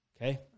okay